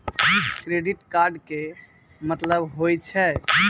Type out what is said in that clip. Credit card के मतलब होय छै?